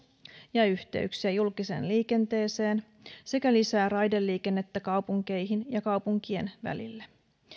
ja yhteyksiä julkiseen liikenteeseen sekä lisää raideliikennettä kaupunkeihin ja kaupunkien välille